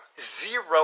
Zero